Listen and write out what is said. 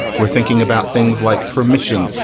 we're thinking about things like permission.